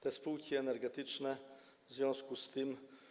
Te spółki energetyczne w związku z tym.